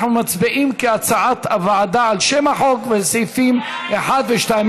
אנחנו מצביעים כהצעת הוועדה על שם החוק ועל סעיפים 1 ו-2.